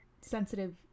sensitive